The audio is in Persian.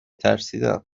ترسیدم